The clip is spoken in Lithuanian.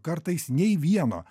kartais nei vieno